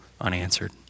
unanswered